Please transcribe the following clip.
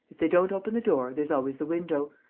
if they don't open the door, there's always the window.